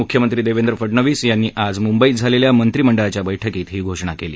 मुख्यमंत्री देवेंद्र फडणवीस यांनी आज मुंबईत झालेल्या मंत्रिमंडळाच्या बैठकीत ही घोषणा केली